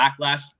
Backlash